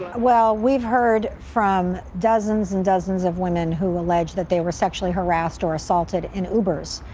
well, we've heard from dozens and dozens of women who allege that they were sexually harassed or assaulted in ubers,